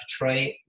detroit